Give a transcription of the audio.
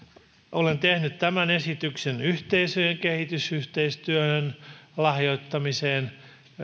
olen tehnyt tämän esityksen yhteisöjen kehitysyhteistyöhön lahjoittamiseen